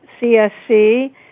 CSC